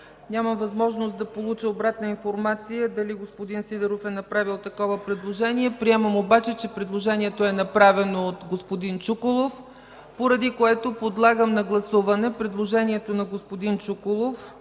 Нямам възможност да получа обратно информация дали господин Сидеров е направил такова предложение. Приемам обаче, че предложението е направено от господин Чуколов, поради което подлагам на гласуване предложението на господин Чуколов